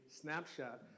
snapshot